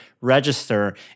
register